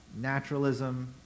naturalism